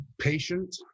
patient